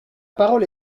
parole